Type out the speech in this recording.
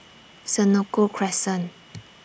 Senoko Crescent